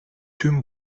tüm